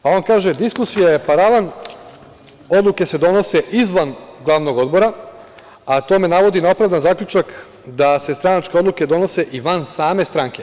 Pa, on kaže – diskusija je paravan, odluke se donose izvan Glavnog odbora, a to me navodi na opravdan zaključak da se stranačke odluke donose i van same stranke.